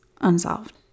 unsolved